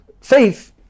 faith